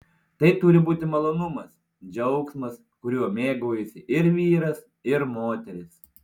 tai turi būti malonumas džiaugsmas kuriuo mėgaujasi ir vyras ir moteris